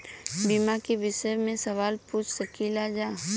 बीमा के विषय मे सवाल पूछ सकीलाजा?